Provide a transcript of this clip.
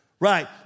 Right